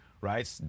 right